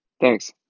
Thanks